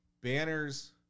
Banner's